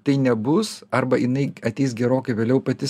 tai nebus arba jinai ateis gerokai vėliau pati